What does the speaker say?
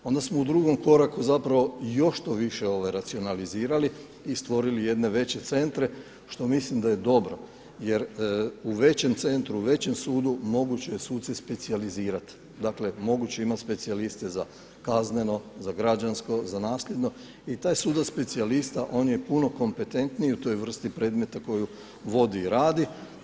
Onda smo u drugom koraku još to više racionalizirali i stvorili jedne veće centre što mislim da je dobro jer u većem centru, u većem sudu moguće je suce specijalizirati, dakle moguće je imati specijaliste za kazneno, za građansko, za nasljedno i taj sudac specijalista on je puno kompetentniji u toj vrsti predmeta koju vodi i radi.